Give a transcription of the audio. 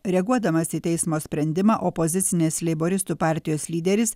reaguodamas į teismo sprendimą opozicinės leiboristų partijos lyderis